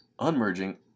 Unmerging